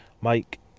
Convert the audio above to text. Mike